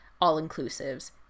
all-inclusives